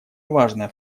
важная